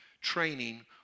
training